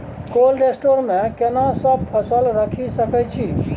Cold store मे केना सब फसल रखि सकय छी?